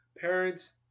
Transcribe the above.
parents